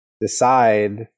decide